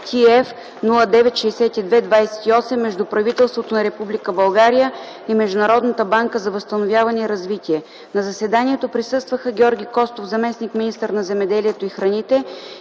№ TF-096228 между правителството на Република България и Международната банка за възстановяване и развитие. На заседанието присъстваха Георги Костов – заместник-министър на земеделието и храните,